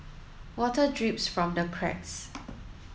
water drips from the cracks